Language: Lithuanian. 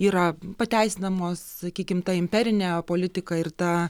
yra pateisinamos sakykim ta imperine politika ir ta